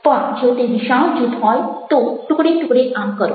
પણ જો તે વિશાળ જૂથ હોય તો ટુકડે ટુકડે આમ કરો